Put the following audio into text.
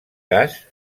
cas